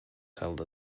held